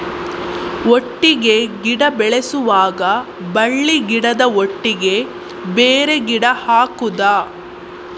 ಒಟ್ಟಿಗೆ ಗಿಡ ಬೆಳೆಸುವಾಗ ಬಳ್ಳಿ ಗಿಡದ ಒಟ್ಟಿಗೆ ಬೇರೆ ಗಿಡ ಹಾಕುದ?